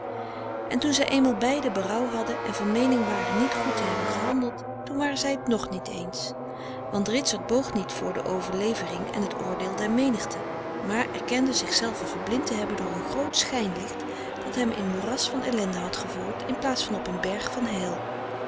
en toen zij eenmaal beiden berouw hadden en van meening waren niet goed te hebben gehandeld toen waren zij t nog niet eens want ritsert boog niet voor de overlevering en het oordeel der menigte maar erkende zichzelven verblind te hebben door een groot schijnlicht dat hem in moeras van ellende had gevoerd in plaats van op een berg van heil